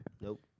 Nope